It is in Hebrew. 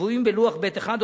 קבועים בלוח ב'1.